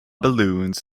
balloons